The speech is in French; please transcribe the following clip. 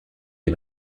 les